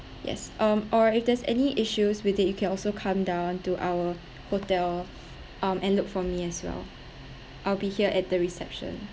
yes um or if there's any issues with it you can also come down to our hotel um and look for me as well I'll be here at the reception